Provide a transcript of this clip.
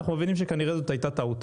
אנחנו מבינים שכנראה זו הייתה טעות.